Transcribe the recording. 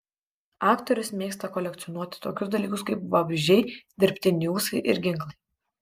aktorius mėgsta kolekcionuoti tokius dalykus kaip vabzdžiai dirbtiniai ūsai ir ginklai